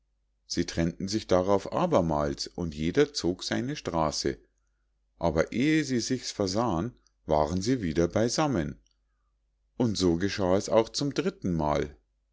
sie trennten sich darauf abermals und jeder zog seine straße aber ehe sie sich's versahen waren sie wieder beisammen und so geschah es auch zum dritten mal